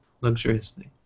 luxuriously